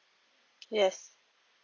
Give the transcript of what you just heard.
yes